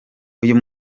uyu